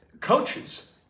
Coaches